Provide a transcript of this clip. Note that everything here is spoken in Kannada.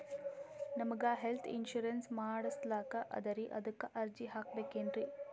ನಮಗ ಹೆಲ್ತ್ ಇನ್ಸೂರೆನ್ಸ್ ಮಾಡಸ್ಲಾಕ ಅದರಿ ಅದಕ್ಕ ಅರ್ಜಿ ಹಾಕಬಕೇನ್ರಿ?